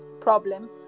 problem